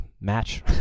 match